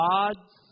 God's